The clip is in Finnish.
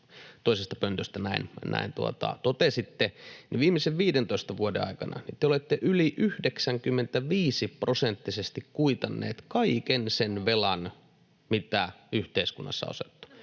toisesta pöntöstä näin totesitte — että viimeisen 15 vuoden aikana te olette yli 95-prosenttisesti kuitanneet kaiken sen velan, mitä yhteiskunnassa on otettu,